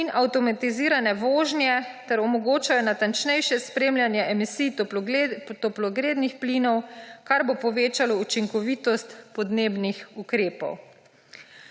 in avtomatizirane vožnje ter omogočajo natančnejše spremljanje emisij toplogrednih plinov, kar bo povečalo učinkovitost podnebnih ukrepov.